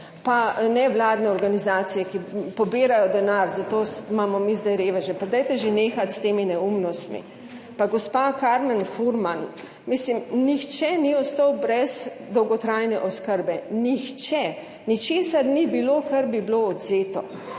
pa nevladne organizacije, ki pobirajo denar za to, imamo mi zdaj reveže, pa dajte že nehati s temi neumnostmi. Pa gospa Karmen Furman, mislim, nihče ni ostal brez dolgotrajne oskrbe, nihče. Ničesar ni bilo, kar bi bilo odvzeto,